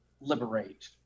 liberate